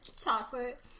Chocolate